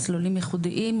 מסלולים ייחודיים.